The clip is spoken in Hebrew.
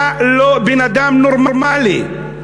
אתה לא בן-אדם נורמלי.